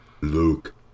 Luke